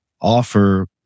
offer